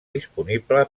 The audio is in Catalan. disponible